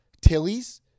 Tilly's